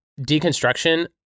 deconstruction